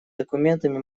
документами